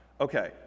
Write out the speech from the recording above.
okay